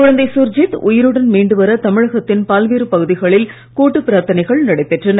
குழந்தை சுர்ஜித் உயிருடன் மீண்டு வர தமிழகத்தின் பல்வேறு பகுதிகளில் கூட்டுப் பிரார்த்தனைகள் நடைபெற்றன